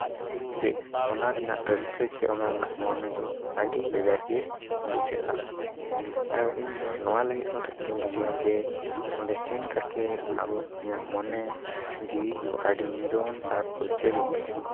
ᱡᱮ ᱚᱱᱟ ᱨᱮᱱᱟᱜ ᱨᱟᱹᱥᱠᱟᱹ ᱪᱮ ᱚᱱᱟ ᱨᱮᱱᱟᱜ ᱢᱚᱱᱮ ᱫᱚ ᱟᱹᱰᱤ ᱵᱷᱮᱜᱟᱨ ᱜᱮ ᱵᱩᱡᱷᱟᱹᱜᱼᱟ ᱟᱨ ᱤᱧ ᱫᱚ ᱱᱚᱣᱟ ᱞᱟᱹᱜᱤᱫ ᱦᱚᱸ ᱨᱟᱹᱥᱠᱟᱹᱧ ᱵᱩᱡᱷᱟᱹᱣᱟ ᱡᱮ ᱚᱸᱰᱮ ᱥᱮᱱ ᱠᱟᱛᱮ ᱟᱢ ᱤᱧᱟᱹᱜ ᱢᱚᱱᱮ ᱡᱤᱣᱤ ᱠᱚ ᱟᱹᱰᱤ ᱱᱤᱨᱚᱱ ᱟᱨ ᱯᱷᱩᱨᱪᱟᱹ ᱜᱮᱧ ᱵᱩᱡᱷᱟᱹᱣᱟ